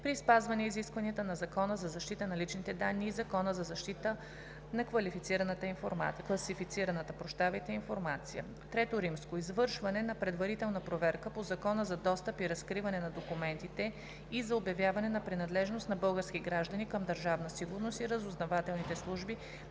при спазване изискванията на Закона за защита на личните данни и Закона за защита на класифицираната информация. III. Извършване на предварителна проверка по Закона за достъп и разкриване на документите и за обявяване на принадлежност на български граждани към Държавна сигурност и разузнавателните служби